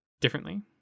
differently